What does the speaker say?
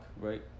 Right